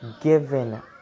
given